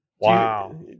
Wow